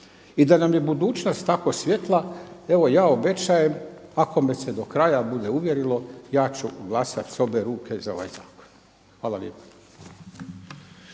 i da nam je budućnost tako svijeta, evo ja obećajem ako me se do kraja bude uvjerilo ja ću glasati s obje ruke za ovaj zakon. Hvala lijepo.